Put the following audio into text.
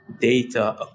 data